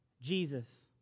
Jesus